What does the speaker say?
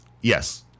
yes